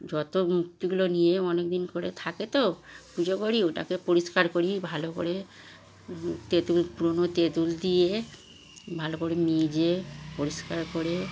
যত মুর্তিগুলো নিয়ে অনেক দিন করে থাকে তো পুজো করি ওটাকে পরিষ্কার করি ভালো করে তেঁতুল পুরনো তেঁতুল দিয়ে ভালো করে মেজে পরিষ্কার করে